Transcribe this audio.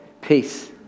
peace